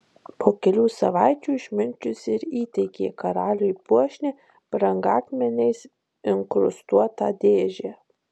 po kelių savaičių išminčius ir įteikė karaliui puošnią brangakmeniais inkrustuotą dėžę